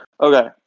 Okay